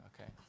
okay